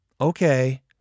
Okay